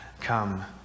Come